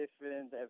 different